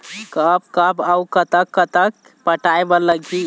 कब कब अऊ कतक कतक पटाए बर लगही